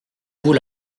vous